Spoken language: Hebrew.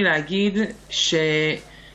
כמו כן,